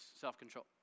self-control